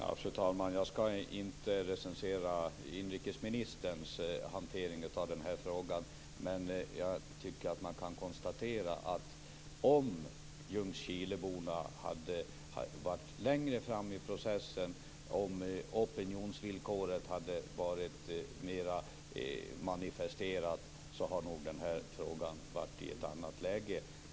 Fru talman! Jag skall inte recensera inrikesministerns hantering av den här frågan, men jag tycker att man kan konstatera att om Ljungskileborna hade varit längre framme i processen och om opinionsvillkoret hade varit bättre manifesterat, hade den här frågan nog varit i ett annat läge.